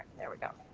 there we go.